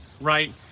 Right